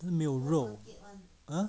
没有肉 !huh!